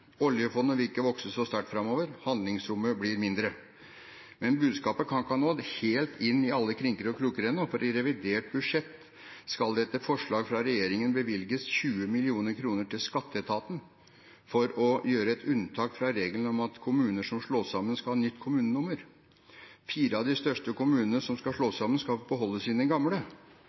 Oljefondet vil ikke vokse så sterkt framover, og handlingsrommet blir mindre. Men budskapet kan ikke ha nådd helt inn i alle kriker og kroker ennå, for i revidert budsjett skal det etter forslag fra regjeringen bevilges 20 mill. kr til skatteetaten for å gjøre et unntak fra regelen om at kommuner som slås sammen, skal ha et nytt kommunenummer. Fire av de største kommunene som skal slås sammen, skal beholde sine gamle.